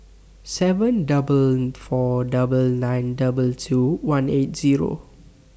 seven four four nine nine two two one eight Zero